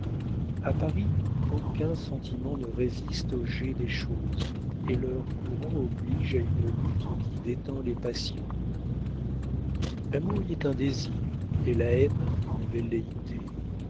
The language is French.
a paris aucun sentiment ne résiste au jet des choses et leur courant oblige à une lutte qui détend les passions l'amour y est un désir et la haine une velléité